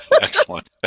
excellent